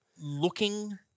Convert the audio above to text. looking